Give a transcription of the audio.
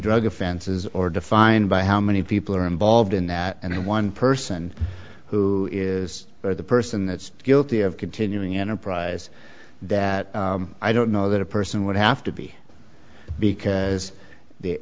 drug offenses or defined by how many people are involved in that and one person who is the person that's guilty of continuing enterprise that i don't know that a person would have to be because if they